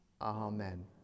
Amen